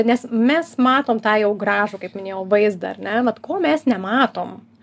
nes mes matom tą jau gražų kaip minėjau vaizdą ar ne vat ko mes nematom